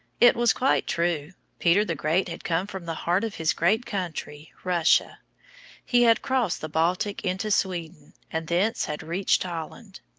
it was quite true. peter the great had come from the heart of his great country, russia he had crossed the baltic into sweden, and thence had reached holland.